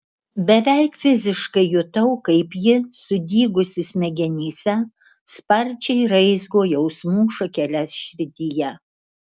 beveik fiziškai jutau kaip ji sudygusi smegenyse sparčiai raizgo jausmų šakeles širdyje